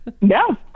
no